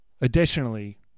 additionally